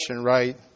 right